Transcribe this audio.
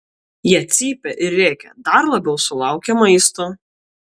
jie cypia ir rėkia dar labiau sulaukę maisto